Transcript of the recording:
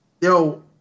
yo